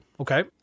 Okay